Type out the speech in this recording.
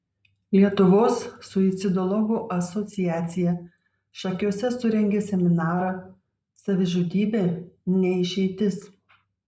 lietuvos suicidologų asociacija šakiuose surengė seminarą savižudybė ne išeitis